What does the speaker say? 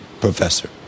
professor